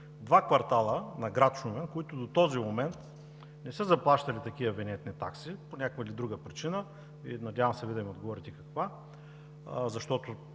два квартала на град Шумен, които до този момент не са заплащали такива винетни такси по някаква или друга причина, надявам се Вие да ми отговорите каква, защото